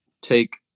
take